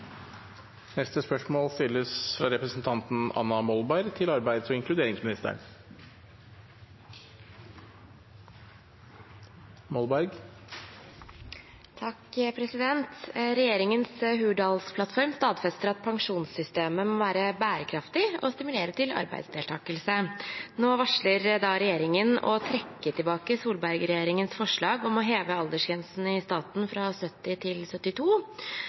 stadfester at pensjonssystemet må være bærekraftig og stimulere til arbeidsdeltakelse. Nå varsler regjeringen å trekke tilbake Solberg-regjeringens forslag om å heve aldersgrensen i staten fra 70 til 72